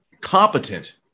competent